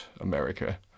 america